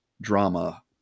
drama